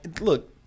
look